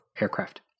aircraft